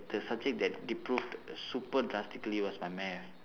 the subject that super drastically was my math